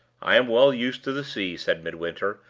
i am well used to the sea, said midwinter,